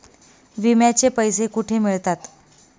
विम्याचे पैसे कुठे मिळतात?